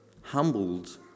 humbled